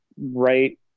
right